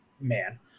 man